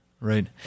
right